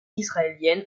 israélienne